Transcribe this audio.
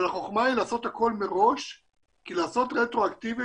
אבל החוכמה היא לעשות הכול מראש כי לעשות רטרואקטיבית